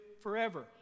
forever